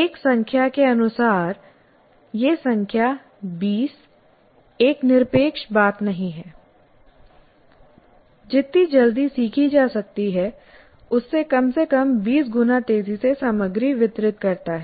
एक संख्या के अनुसार यह संख्या 2० एक निरपेक्ष बात नहीं है जितनी जल्दी सीखी जा सकती है उससे कम से कम 2० गुना तेजी से सामग्री वितरित करता है